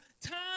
time